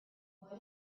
would